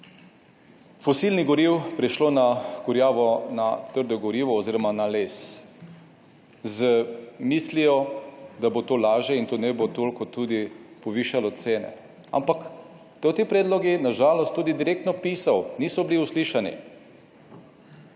fosilnih goriv prišlo na kurjavo, na trdo gorivo oziroma na les, z mislijo, da bo to lažje in to ne bo toliko tudi povišalo cene. Ampak to, ti predlogi na žalost tudi direktno pisal, niso bili uslišani.